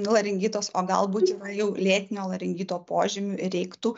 laringitas o galbūt yra jau lėtinio laringito požymių ir reiktų